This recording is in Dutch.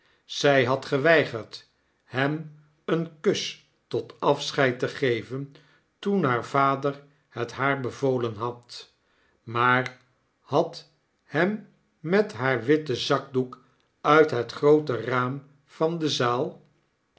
zy had geweigerd hem een kus tot afscheid te geven toen haar vader het haar bevolen had maar had hem met haar witten zakdoek uit het groote raam van de zaal